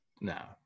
no